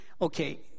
Okay